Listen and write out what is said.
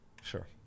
Sure